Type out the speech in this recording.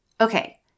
okay